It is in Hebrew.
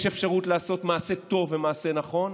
יש אפשרות לעשות מעשה טוב ומעשה נכון.